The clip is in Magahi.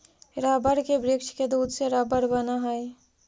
रबर के वृक्ष के दूध से रबर बनऽ हई